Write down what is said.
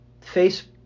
face